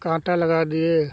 काँटा लगा दिए